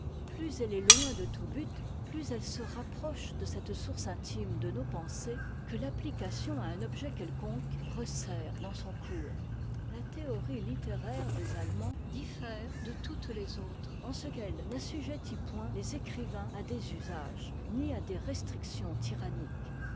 plus elle est loin de tout but plus elle se rapproche de cette source intime de nos pensées que l'application à un objet quelconque resserre dans son cours la théorie littéraire des allemands diffère de toutes les autres en ce qu'elle n'assujettit point les écrivains à des usages ni à des restrictions tyranniques